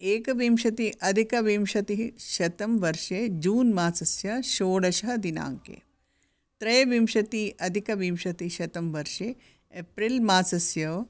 एकविंशति अदिकविंशतिः शतं वर्षे जून् मासस्य षोडश दिनाङ्के त्रयोविंशति अधिकविंशतिशतं वर्षे एप्रल् मासस्य